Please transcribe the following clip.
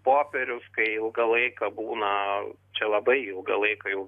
popierius kai ilgą laiką būna čia labai ilgą laiką jau